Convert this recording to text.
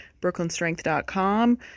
brooklynstrength.com